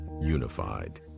unified